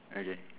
okay